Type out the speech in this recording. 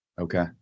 okay